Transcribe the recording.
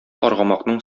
аргамакның